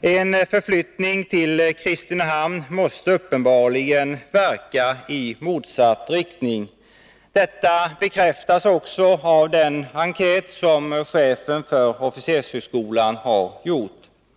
En förflyttning till Kristinehamn måste uppenbarligen verka i motsatt riktning. Detta bekräftas också av den enkät som chefen för officershögskolan gjort.